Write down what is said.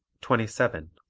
twenty seven.